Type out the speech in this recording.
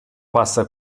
passa